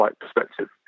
perspective